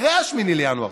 אחרי 8 בינואר,